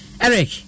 Eric